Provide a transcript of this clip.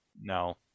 No